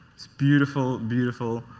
it's beautiful, beautiful.